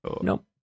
Nope